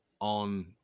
on